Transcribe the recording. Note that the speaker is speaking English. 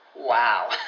Wow